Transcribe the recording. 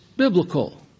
biblical